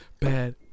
bad